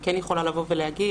אבל אני יכולה להגיד